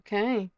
Okay